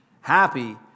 Happy